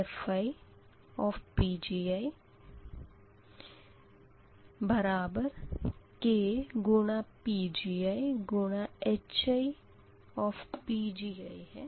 यह समीकरण 2 है